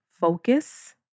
focus